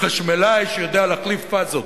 חשמלאי שיודע להחליף פאזות,